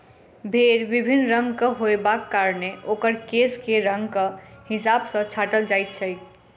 भेंड़ विभिन्न रंगक होयबाक कारणेँ ओकर केश के रंगक हिसाब सॅ छाँटल जाइत छै